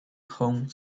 home